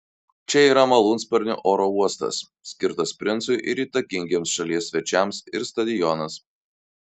čia yra malūnsparnių oro uostas skirtas princui ir įtakingiems šalies svečiams ir stadionas